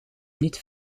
niet